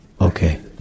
Okay